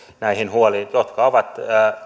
näihin huoliin jotka ovat